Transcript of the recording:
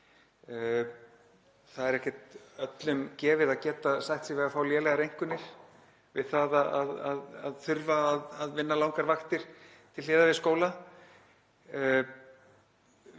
Það er ekki öllum gefið að geta sætt sig við að fá lélegar einkunnir vegna þess að þau þurfa að vinna langar vaktir til hliðar við skóla.